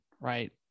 right